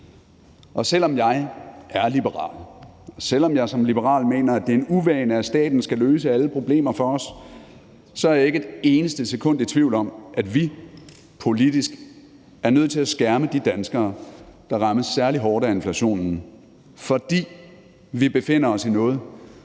og selv om jeg er liberal, og selv om jeg som liberal mener, at det er en uvane, at staten skal løse alle problemer for os, er jeg ikke et eneste sekund i tvivl om, at vi politisk er nødt til at skærme de danskere, der rammes særlig hårdt af inflationen, fordi vi befinder os i noget,